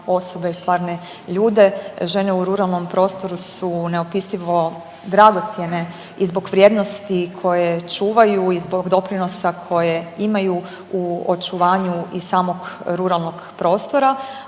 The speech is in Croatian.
osobe, stvarne ljude. Žene u ruralnom prostoru su neopisivo dragocjene i zbog vrijednosti koje čuvaju i zbog doprinosa koje imaju u očuvanju i samog ruralnog prostora,